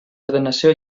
ordenació